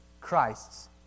Christ's